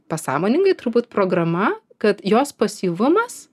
pasąmoningai turbūt programa kad jos pasyvumas